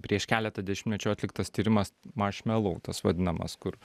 prieš keletą dešimtmečių atliktas tyrimas marš melou tas vadinamas kur